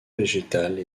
végétale